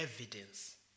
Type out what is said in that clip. evidence